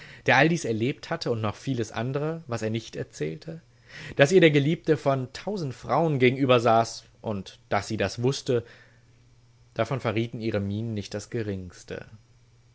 der all dies erlebt hatte und noch vieles andre was er nicht erzählte daß ihr der geliebte von tausend frauen gegenübersaß und daß sie das wußte davon verrieten ihre mienen nicht das geringste